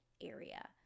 area